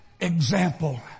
example